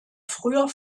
früher